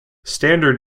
standard